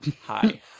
hi